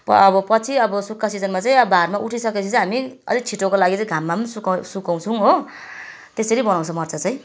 र अब पछि अब सुक्खा सिजनमा चाहिँ भारमा उठिसकेपछि हामी अलि छिटोको लागि चाहिँ घाममा पनि सुकाउँछौँ हो त्यसरी बनाउँछ मर्चा चाहिँ